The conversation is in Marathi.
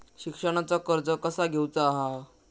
शिक्षणाचा कर्ज कसा घेऊचा हा?